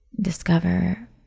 discover